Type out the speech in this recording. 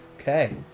Okay